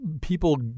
people